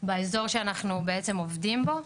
באזור שאנחנו בעצם עובדים בו.